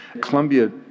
Colombia